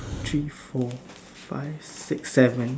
three four five six seven